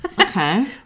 Okay